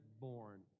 born